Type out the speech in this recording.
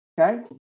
okay